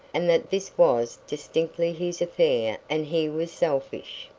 and that this was distinctly his affair and he was selfish.